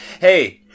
Hey